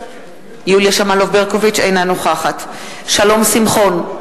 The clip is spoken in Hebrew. אינה נוכחת שלום שמחון,